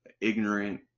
ignorant